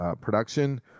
production